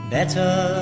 Better